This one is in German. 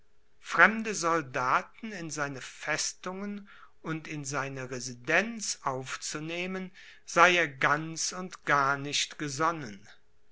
fremde soldaten in seine festungen und in seine residenz aufzunehmen sei er ganz und gar nicht gesonnen